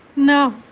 no.